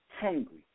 hungry